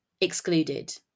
excluded